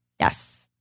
Yes